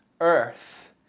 earth